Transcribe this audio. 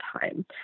time